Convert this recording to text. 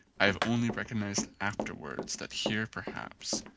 i have only recognized afterwards that here perhaps,